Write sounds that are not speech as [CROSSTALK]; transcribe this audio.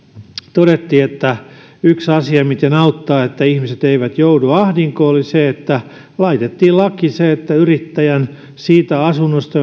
todettiin että yksi asia miten auttaa että ihmiset eivät joudu ahdinkoon oli se että laitettiin laki että yrittäjän siitä asunnosta [UNINTELLIGIBLE]